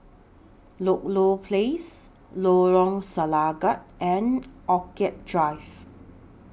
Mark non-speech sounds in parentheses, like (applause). Ludlow Place Lorong Selangat and (noise) Orchid Drive